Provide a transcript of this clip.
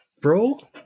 Bro